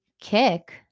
kick